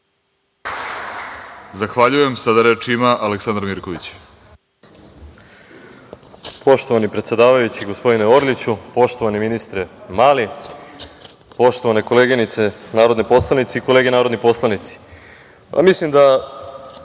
Zahvaljujem. Sada reč ima Aleksandar Mirković.